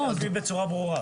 אני אגיד בצורה ברורה.